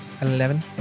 Eleven